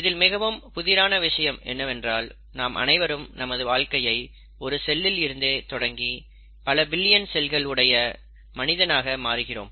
இதில் மிகவும் புதிரான விஷயம் என்னவென்றால் நாம் அனைவரும் நமது வாழ்க்கையை ஒரு செல்லில் இருந்து தொடங்கி பல பில்லியன் செல்கள் உடைய மனிதனாக மாறுகிறோம்